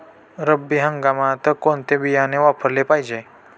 रब्बी हंगामात कोणते बियाणे वापरले पाहिजे?